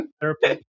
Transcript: Therapy